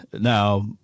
now